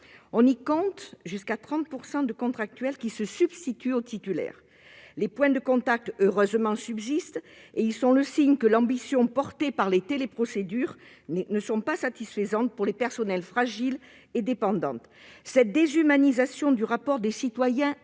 On y compte jusqu'à 30 % de contractuels, qui se substituent aux titulaires. Les points de contact, heureusement, subsistent, et ils sont le signe que l'ambition portée par les téléprocédures n'est pas satisfaisante pour les personnes fragiles et dépendantes. Cette déshumanisation du rapport des citoyens